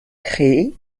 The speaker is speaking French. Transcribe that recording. créées